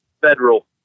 federal